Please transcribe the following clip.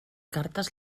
cartes